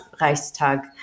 Reichstag